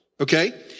okay